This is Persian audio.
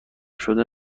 شده